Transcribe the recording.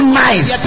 nice